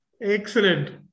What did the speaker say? Excellent